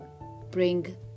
bring